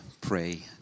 pray